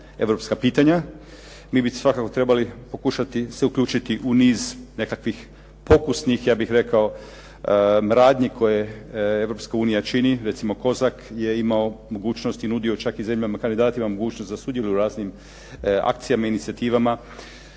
europska pitanja. Mi bi svakako trebali pokušati se uključiti u niz nekakvih pokusnih, ja bih rekao, radnji koje Europska unija čini. Recimo, Kozak je imao mogućnosti i nudio čak i zemljama kandidatima mogućnost da sudjeluju u raznim akcijama, inicijativama.